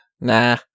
nah